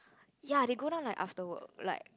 ya they go down like after work like